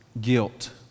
guilt